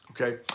okay